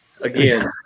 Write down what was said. Again